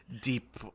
deep